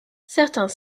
certains